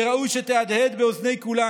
שראוי שתהדהד באוזני כולנו.